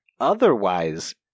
otherwise